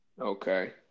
Okay